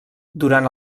durant